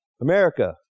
America